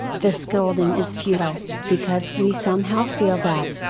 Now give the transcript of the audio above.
the scolding is futile, because we somehow feel that,